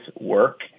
work